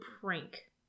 prank